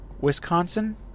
Wisconsin